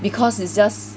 because it's just